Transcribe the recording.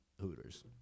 Hooters